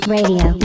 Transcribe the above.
Radio